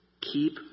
keep